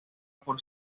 por